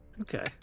Okay